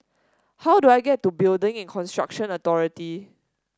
how do I get to Building and Construction Authority